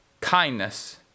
kindness